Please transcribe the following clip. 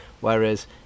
whereas